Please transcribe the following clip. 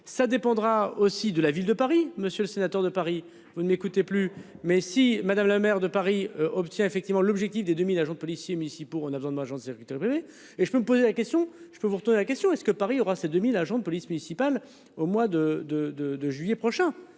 Ça dépendra aussi de la ville de Paris, monsieur le sénateur de Paris, vous n'écoutez plus mais si Madame Lemaire de Paris obtient effectivement l'objectif des 2000 agents de policiers municipaux. On a besoin de moi, j'en privé et je peux me poser la question, je peux vous retourner la question est-ce que Paris aura ses 2000 agents de police municipale au mois de de de de juillet prochain